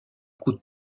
coûte